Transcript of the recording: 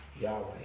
Yahweh